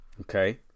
Okay